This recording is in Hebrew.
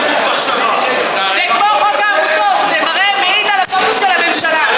נו, באמת, בחוק הזה אין חוט מחשבה.